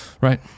Right